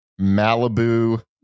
Malibu